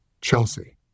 Chelsea